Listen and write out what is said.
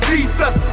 Jesus